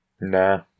Nah